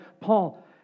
Paul